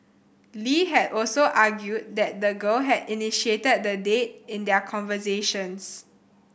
Lee had also argued that the girl had initiated the date in their conversations